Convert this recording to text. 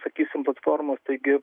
sakysime platformos taigi